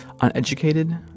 uneducated